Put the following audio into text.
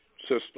system